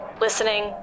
listening